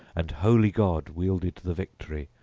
and holy god wielded the victory,